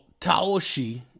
Taoshi